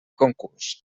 concurs